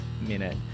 minute